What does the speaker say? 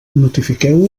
notifiqueu